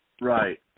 Right